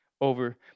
over